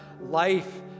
life